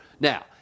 now